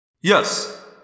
Yes